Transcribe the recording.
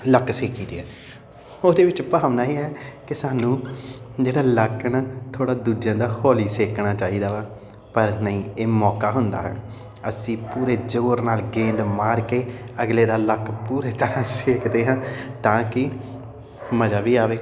ਲੱਕ ਸੇਕੀ ਦੇ ਆ ਉਹਦੇ ਵਿੱਚ ਭਾਵਨਾ ਹੀ ਹੈ ਕਿ ਸਾਨੂੰ ਜਿਹੜਾ ਲੱਕ ਨਾ ਥੋੜ੍ਹਾ ਦੂਜਿਆਂ ਦਾ ਹੌਲੀ ਸੇਕਣਾ ਚਾਹੀਦਾ ਵਾ ਪਰ ਨਹੀਂ ਇਹ ਮੌਕਾ ਹੁੰਦਾ ਅਸੀਂ ਪੂਰੇ ਜੋਰ ਨਾਲ ਗੇਂਦ ਮਾਰ ਕੇ ਅਗਲੇ ਦਾ ਲੱਕ ਪੂਰੇ ਤਰ੍ਹਾਂ ਸੇਕਦੇ ਹਾਂ ਤਾਂ ਕਿ ਮਜ਼ਾ ਵੀ ਆਵੇ